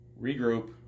regroup